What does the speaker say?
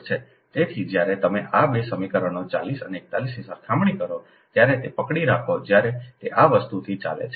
તેથી જ્યારે તમે આ બે સમીકરણો 40 અને 41 ની સરખામણી કરો ત્યારે તે પકડી રાખો જ્યારે તે આ વસ્તુથી ચાલે છે